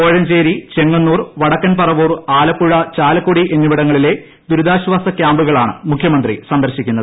കോഴഞ്ചേരി ചെങ്ങന്നൂർ വടക്കൻ പറവൂർ ആലപ്പുഴ ചാലക്കുടി എന്നിവിടങ്ങളിലെ ദുരിതാശ്വാസ ക്യാമ്പുകളാണ് മുഖ്യമന്ത്രി സന്ദർശിക്കുന്നത്